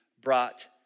brought